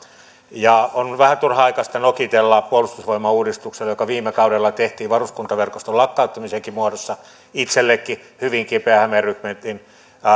on vähän turhanaikaista nokitella puolustusvoimauudistukselle joka viime kaudella tehtiin varuskuntaverkoston lakkauttamisenkin muodossa itsellenikin hyvin kipeä hämeen rykmentin